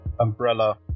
umbrella